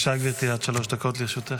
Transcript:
גברתי, עד שלוש דקות לרשותך.